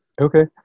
Okay